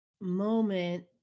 moment